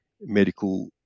medical